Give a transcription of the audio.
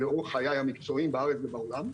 ולאור חיי המקצועיים בארץ ובעולם,